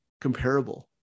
comparable